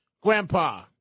Grandpa